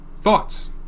Thoughts